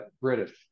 British